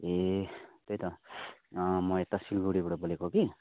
ए त्यही त म यता सिलगडीबाट बोलेको कि